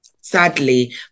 Sadly